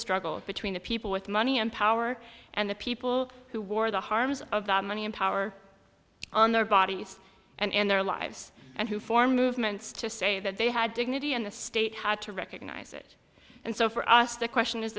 struggle between the people with money and power and the people who wore the harms of the money and power on their bodies and their lives and who formed movements to say that they had dignity and the state had to recognize it and so for us the question is